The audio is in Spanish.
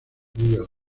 google